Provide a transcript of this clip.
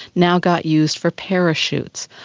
now got used for parachutes.